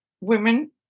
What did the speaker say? women